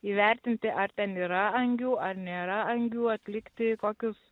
įvertinti ar ten yra angių ar nėra angių atlikti kokius